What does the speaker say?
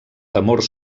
temor